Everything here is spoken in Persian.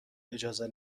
اجازه